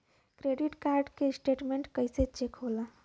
Credit card के स्टेटमेंट कइसे चेक होला?